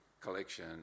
collection